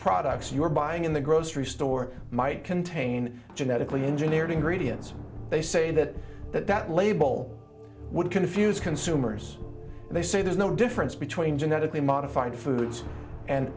products you are buying in the grocery store might contain genetically engineering gradients they say that but that label would confuse consumers they say there's no difference between genetically modified foods and